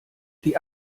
die